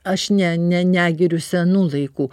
aš ne ne negiriu senų laikų